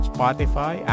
Spotify